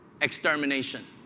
Extermination